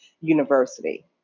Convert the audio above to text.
University